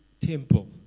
temple